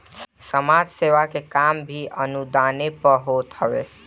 समाज सेवा के काम भी अनुदाने पअ होत हवे